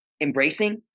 embracing